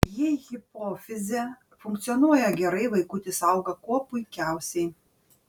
jei hipofizė funkcionuoja gerai vaikutis auga kuo puikiausiai